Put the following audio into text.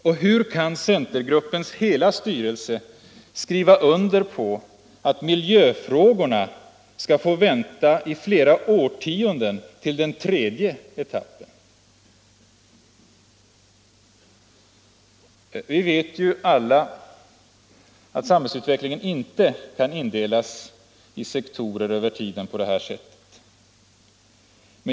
Och hur kan centergruppens hela styrelse skriva under på att miljöfrågorna skall få vänta i flera årtionden, till Vi vet ju alla att samhällsutvecklingen inte kan indelas i sektorer över tiden på det här sättet.